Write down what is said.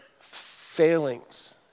failings